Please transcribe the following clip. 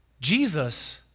Jesus